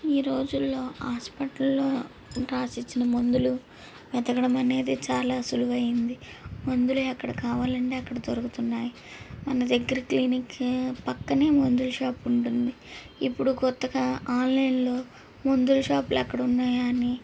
ఈరోజుల్లో హాస్పిటల్లో రాసిచ్చిన మందులు వెతకడం అనేది చాలా సులువు అయింది మందులు ఎక్కడ కావాలంటే అక్కడ దొరుకుతున్నాయి మన దగ్గరి క్లినిక్ పక్కనే మందుల షాప్ ఉంటుంది ఇప్పుడు కొత్తగా ఆన్లైన్లో మందుల షాపులు ఎక్కడ ఉన్నాయా అని